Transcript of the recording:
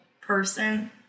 person